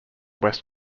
west